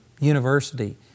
university